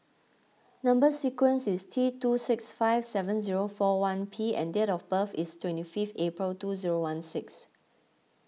Number Sequence is T two six five seven zero four one P and date of birth is twenty fifth April two zero one six